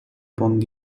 pong